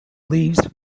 leaves